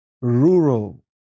rural